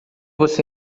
você